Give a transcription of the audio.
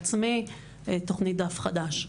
תוכנית דף חדש.